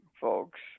folks